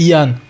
Ian